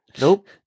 Nope